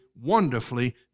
wonderfully